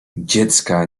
dziecka